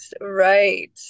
right